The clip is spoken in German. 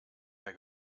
mehr